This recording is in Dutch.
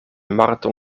marathon